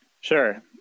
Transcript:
Sure